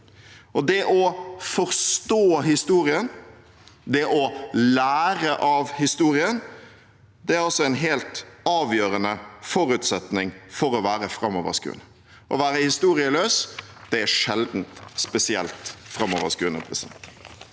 det å forstå historien og det å lære av historien er altså helt avgjørende forutsetninger for å være framoverskuende. Å være historieløs er sjelden spesielt framoverskuende.